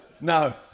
No